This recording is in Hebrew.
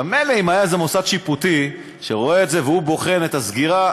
מילא אם היה איזה מוסד שיפוטי שרואה את זה והוא בוחן את הסגירה,